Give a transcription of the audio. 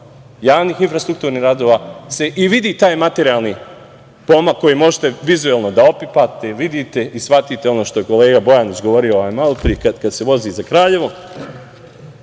javnih infrastrukturnih radova, se i vidi taj materijalni pomak koji možete vizuelno da opipate, vidite i shvatite ono što je kolega Bojanić govorio malopre, kada se vozi za Kraljevo,